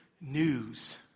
news